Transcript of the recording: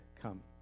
Come